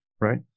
Right